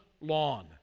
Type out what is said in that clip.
lawn